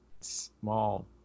small